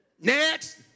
Next